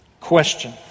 Question